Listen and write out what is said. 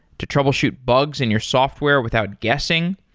to troubleshoot bugs in your software without guessing.